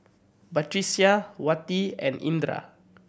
Batrisya Wati and Indra